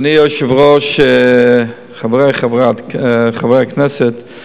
אדוני היושב-ראש, חברי חברי הכנסת,